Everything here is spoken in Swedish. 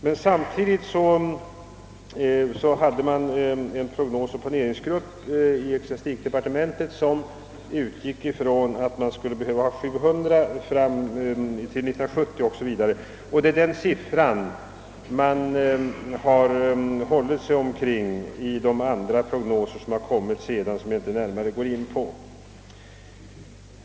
Men samtidigt hade en prognosoch planeringsgrupp inom ecklesiastikdepartementet kommit fram till att det fr.o.m. 1970 skulle behöva utexamineras 700 socionomer. Ungefär den siffran för behovet av socionomer har redovisats även i prognoser, som senare framlagts men som jag inte skall gå in på.